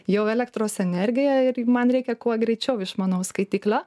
jau elektros energiją ir man reikia kuo greičiau išmanaus skaitiklio